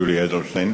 יולי אדלשטיין.